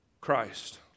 Christ